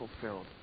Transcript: fulfilled